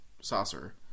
saucer